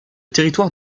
territoire